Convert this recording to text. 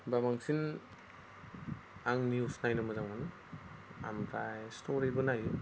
बाबांसिन आं निउस नायनो मोजां मोनो ओमफ्राय स्ट'रिबो नायो